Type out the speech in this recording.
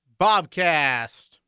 Bobcast